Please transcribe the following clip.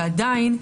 ועדיין,